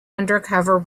undercover